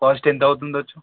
cost ఎంత అవచ్చు